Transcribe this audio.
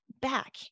Back